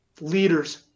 leaders